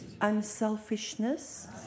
Unselfishness